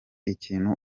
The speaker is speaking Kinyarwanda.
ikintu